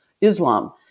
Islam